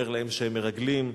אומר להם שהם מרגלים.